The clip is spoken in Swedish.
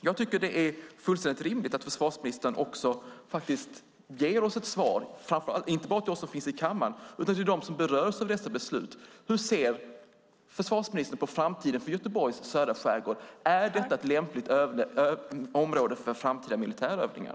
Jag tycker att det är fullständigt rimligt att försvarsministern ger ett svar, inte bara till oss som finns i kammaren utan till dem som berörs av dessa beslut. Hur ser försvarsministern på framtiden för Göteborgs södra skärgård? Är detta ett lämpligt område för framtida militärövningar?